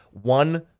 one